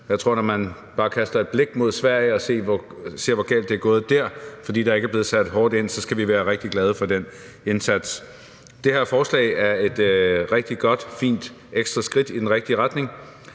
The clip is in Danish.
Jeg tror, at når man bare kaster et blik mod Sverige og ser, hvor galt det er gået der, fordi der ikke er blevet sat hårdt ind, kan man se, at vi skal være rigtig glade for den indsats. Det her forslag er et rigtig godt og fint ekstra skridt i den rigtige retning.